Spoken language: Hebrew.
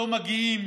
לא מגיעים